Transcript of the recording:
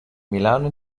milano